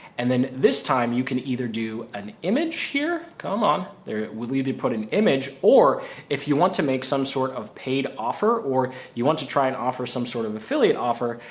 and then this time you can either do an image here, come on there, we'll either put an image, or if you want to make some sort of paid offer or you want to try and offer some sort of affiliate offer,